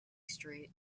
street